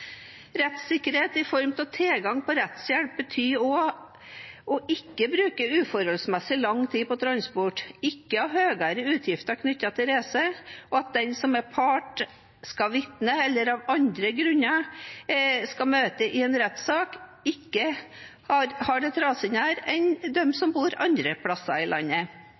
Rettssikkerhet i form av tilgang på rettshjelp betyr også å ikke bruke uforholdsmessig lang tid på transport, ikke har høye utgifter knyttet til reiser, og at den som er part og skal vitne, eller av andre grunner skal møte i en rettssak, ikke har det dårligere enn dem som bor andre plasser i landet.